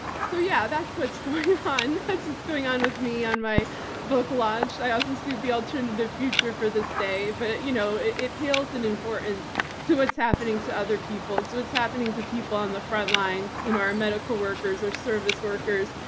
so, yeah, that's what's going on. that's what's going on with me on my book launch. i also see the alternative future for this day, but you know it it pales in importance to what's happening to other people, to what's happening to people on the frontlines, you know our medical workers, our service workers,